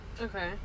okay